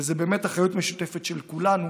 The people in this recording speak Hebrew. וזאת באמת אחריות משותפת של כולנו,